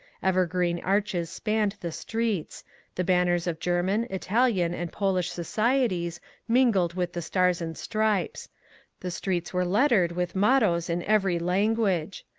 evergreen arches spanned the streets the banners of german, italian, and polish societies mingled with the stars and stripes the streets were lettered with mottoes in every language.